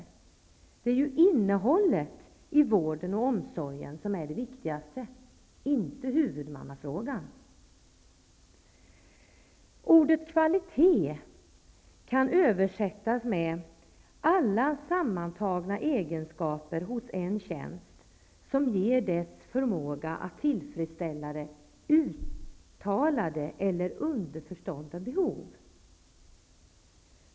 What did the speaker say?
Det är innehållet i vården och omsorgen som är det viktigaste, inte huvudmannafrågan. Ordet kvalitet kan översättas med alla sammantagna egenskaper hos en tjänst som ger dess förmåga att tillfredsställa uttalade eller underförstådda behov.